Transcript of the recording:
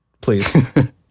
please